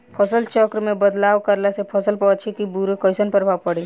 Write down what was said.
फसल चक्र मे बदलाव करला से फसल पर अच्छा की बुरा कैसन प्रभाव पड़ी?